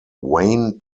wayne